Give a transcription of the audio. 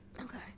okay